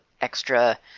extra